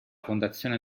fondazione